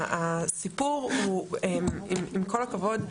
הסיפור הוא עם כל הכבוד,